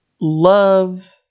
love